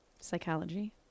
Psychology